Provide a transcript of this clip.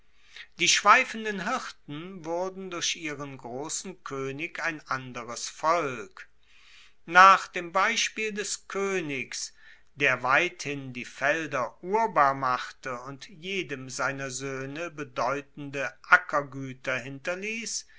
die schweifenden hirten wurden durch ihren grossen koenig ein anderes volk nach dem beispiel des koenigs der weithin die felder urbar machte und jedem seiner soehne bedeutende ackergueter hinterliess